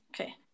okay